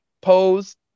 pose